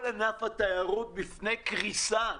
כל ענף התיירות נמצא בפני קריסה,